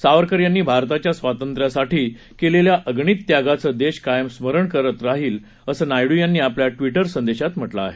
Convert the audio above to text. सावरकर यांनी भारताच्या स्वातंत्र्यासाठी केलेल्या अगणित त्यागाचं देश कायम स्मरण करत राहील असं नायडू यांनी आपल्या ट्विटर संदेशात म्हटलं आहे